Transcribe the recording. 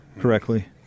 correctly